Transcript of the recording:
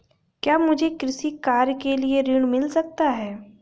क्या मुझे कृषि कार्य के लिए ऋण मिल सकता है?